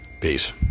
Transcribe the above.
Peace